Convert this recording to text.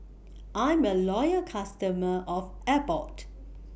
I'm A Loyal customer of Abbott